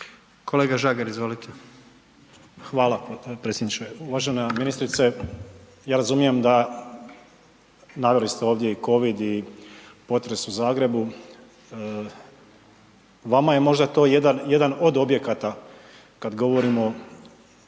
Tomislav (HSU)** Hvala predsjedniče. Uvažena ministrice. Ja razumijem da, naveli ste ovdje i covid i potres u Zagrebu, vama je možda to jedan od objekata kada govorimo